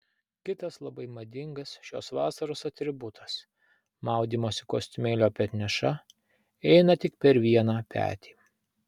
kitas labai madingas šios vasaros atributas maudymosi kostiumėlio petneša eina tik per vieną petį